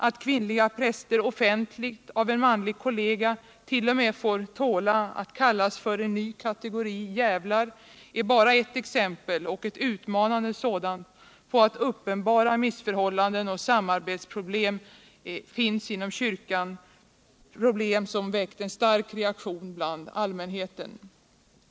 Att kvinnliga präster offentligt av en manlig kollega t.o.m. får tåla att kallas för en ny kategori djävlar är bara ett exempel — och ett utmanande sådant — på uppenbara missförhållanden och samarbetsproblem inom kyrkan, vilka väckt en stark reaktion bland allmänheten.